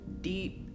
deep